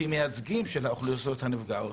כמייצגים של האוכלוסיות הנפגעות.